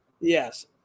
Yes